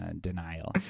denial